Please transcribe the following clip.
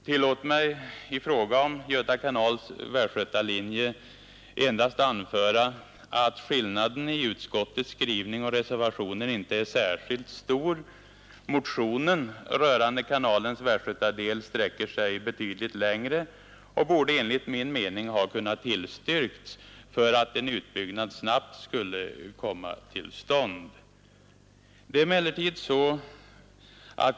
Tillåt mig i fråga om Göta kanals västgötalinje endast anföra att skillnaden mellan utskottets skrivning och reservationen inte är särskilt stor. Motionen rörande kanalens västgötadel sträcker sig betydligt längre och borde enligt min mening ha tillstyrkts för att en utbyggnad snabbt skulle komma till stånd.